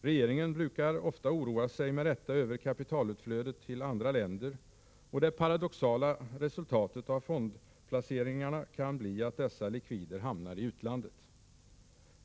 Regeringen oroar sig, ofta med rätta, över kapitalutflödet till andra länder, och det paradoxala resultatet av fondstyrelsernas placeringar kan bli att dessa likvider hamnar i utlandet.